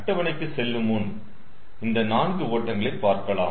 அட்டவணைக்கு செல்லும்முன் இந்த நான்கு ஓட்டங்களை பார்க்கலாம்